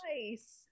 Nice